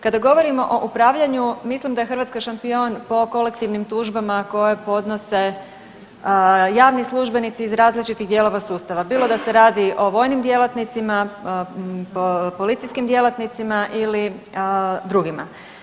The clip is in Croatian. Kada govorimo o upravljanju mislim da je Hrvatska šampion po kolektivnim tužbama koje podnose javni službenici iz različitih dijelova sustava, bilo da se radi o vojnim djelatnicima, policijskim djelatnicima ili drugima.